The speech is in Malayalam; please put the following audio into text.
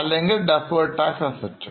അല്ലെങ്കിൽ deferred tax asset